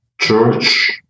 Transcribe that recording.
church